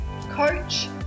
coach